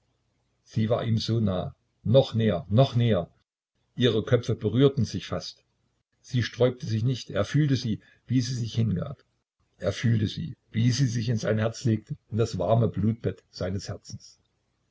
sie war ihm so nah noch näher noch näher ihre köpfe berührten sich fast sie sträubte sich nicht er fühlte sie wie sie sich hingab er fühlte sie wie sie sich in sein herz legte in das warme blutbett seines herzens